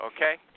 Okay